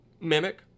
Mimic